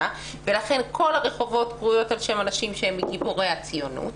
ולכן כל הרחובות קרויים על שם אנשים שהם מגיבורי הציונות.